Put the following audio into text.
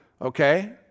okay